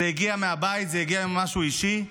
זה הגיע מהבית, זה הגיע ממשהו אישי,